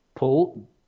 Pull